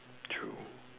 true